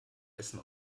essen